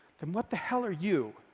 then what the hell are you,